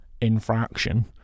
infraction